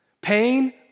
Pain